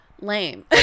lame